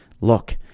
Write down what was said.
Look